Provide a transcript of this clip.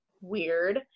weird